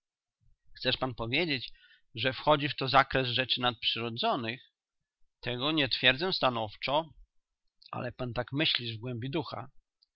chcesz pan powiedzieć że wchodzi to w zakres rzeczy nadprzyrodzonych tego nie twierdzę stanowczo ale pan tak myślisz w głębi ducha